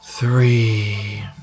Three